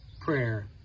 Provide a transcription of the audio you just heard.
prayer